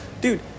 Dude